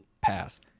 Pass